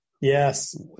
Yes